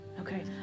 okay